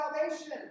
salvation